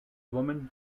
woman